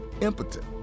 impotent